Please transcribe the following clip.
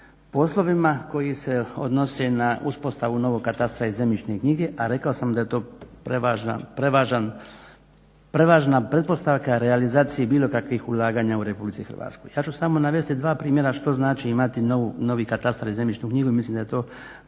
poslovima koji se odnose na uspostavu novog katastra i zemljišne knjige, a rekao sam da je to prevažna pretpostavka realizaciji bilo kakvih ulaganja u RH. Ja ću samo navesti dva primjera što znači imati novi katastar i zemljišnu knjigu i mislim da ta